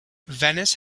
venice